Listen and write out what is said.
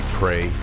pray